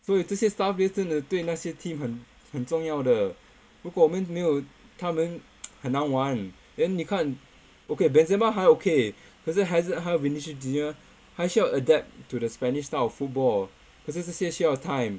所以这些 star players 真的对那些 team 很很重要的如果我们没有他们 很难玩 then 你看 okay benzema 还 okay 可是还是还有 vinicius junior 还需要 adapt to the spanish style of football 可是这些需要 time